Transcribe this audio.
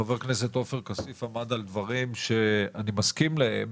חבר הכנסת עופר כסיף עמד על דברים שאני מסכים להם,